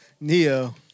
Neo